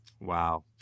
Wow